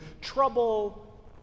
trouble